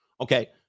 Okay